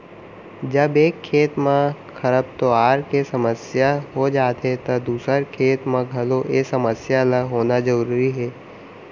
जब एक खेत म खरपतवार के समस्या हो जाथे त दूसर खेत म घलौ ए समस्या ल होना जरूरी हे